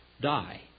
die